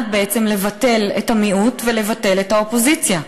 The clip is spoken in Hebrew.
לבטל את המיעוט ולבטל את האופוזיציה,